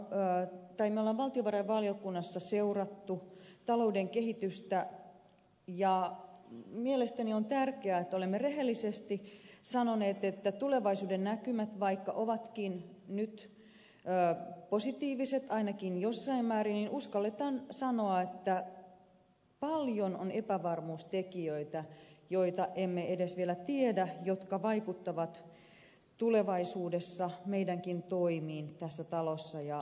me olemme valtiovarainvaliokunnassa seuranneet talouden kehitystä ja mielestäni on tärkeää että olemme rehellisesti sanoneet ja uskalletaan sanoa että vaikka tulevaisuuden näkymät ovatkin nyt positiiviset ainakin jossain määrin niin paljon on epävarmuustekijöitä joita emme edes vielä tiedä ja jotka vaikuttavat tulevaisuudessa meidänkin toimiimme tässä talossa ja hallituksessa